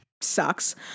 sucks